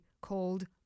called